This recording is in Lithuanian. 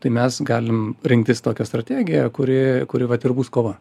tai mes galim rinktis tokią strategiją kuri kuri vat ir bus kova